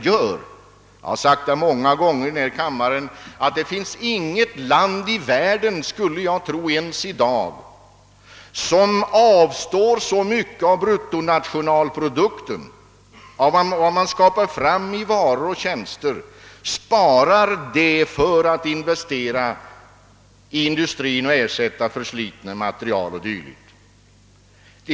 Jag har sagt många gånger i denna kammare, att det inte finns något land i världen — jag skulle tro att det gäller förhållandena även i dag — som avstår så mycket av bruttonationalinkomsten för att investera i industrin och för att ersätta försliten materiel o. d.